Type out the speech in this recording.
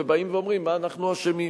באים ואומרים: מה אנחנו אשמים?